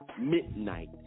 midnight